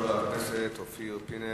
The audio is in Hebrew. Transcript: חבר הכנסת אופיר פינס,